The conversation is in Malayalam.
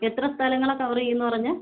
എത്ര സ്ഥലങ്ങളാ കവർ ചെയ്യും എന്ന് പറഞ്ഞത്